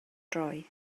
droi